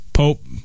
Pope